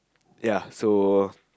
ya so